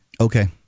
Okay